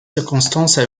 circonstances